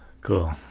Cool